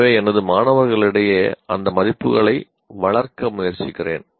எனவே எனது மாணவர்களிடையே அந்த மதிப்புகளை வளர்க்க முயற்சிக்கிறேன்